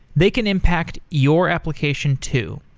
they can impact your application too.